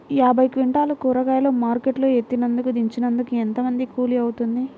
యాభై క్వింటాలు కూరగాయలు మార్కెట్ లో ఎత్తినందుకు, దించినందుకు ఏంత కూలి అవుతుంది?